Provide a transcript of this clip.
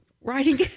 writing